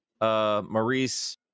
Maurice